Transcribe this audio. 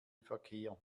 verkehr